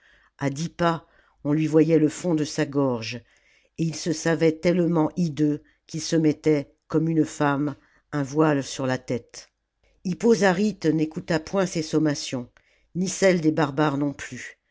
à dix pas on lui voyait le fond de sa gorge et il se savait tellement hideux qu'il se mettait comme une femme un voile sur la tête hippo zaryle n'écouta point ses sommations ni celles des barbares non plus